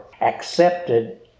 accepted